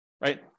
right